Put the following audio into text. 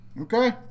Okay